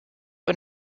und